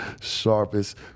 sharpest